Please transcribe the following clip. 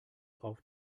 auf